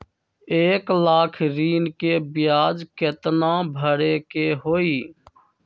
एक लाख ऋन के ब्याज केतना भरे के होई?